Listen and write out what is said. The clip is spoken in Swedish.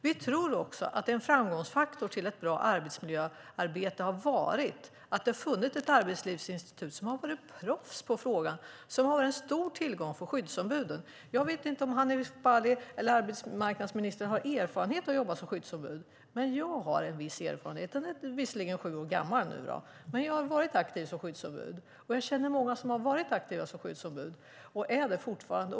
Vi tror också att en framgångsfaktor för ett bra arbetsmiljöarbete har varit att det har funnits ett arbetslivsinstitut som har varit proffs på frågan och som har varit en stor tillgång för skyddsombuden. Jag vet inte om Hanif Bali eller arbetsmarknadsministern har erfarenhet av att jobba som skyddsombud, men jag har en viss erfarenhet av det - den är visserligen sju år gammal nu - och jag känner många som har varit aktiva som skyddsombud och som är det fortfarande.